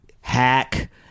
hack